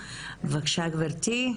בבקשה גברתי.